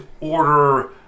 order